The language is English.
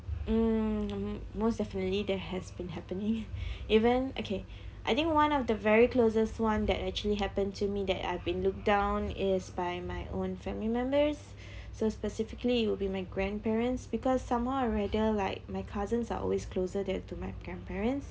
mm most definitely that has been happening even okay I think one of the very closest [one] that actually happened to me that I've been looked down is by my own family members so specifically it will be my grandparents because somehow or rather like my cousins are always closer than to my grandparents